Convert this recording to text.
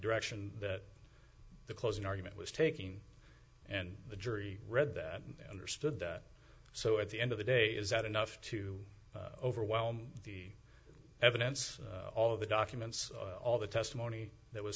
direction that the closing argument was taking and the jury read that and or stood that so at the end of the day is that enough to overwhelm the evidence all of the documents all the testimony that was